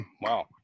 Wow